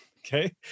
Okay